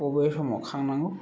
बबे समाव खांनांगौ